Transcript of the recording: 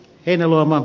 heinäluoma